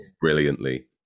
brilliantly